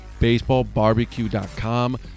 baseballbarbecue.com